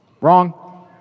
Wrong